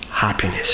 happiness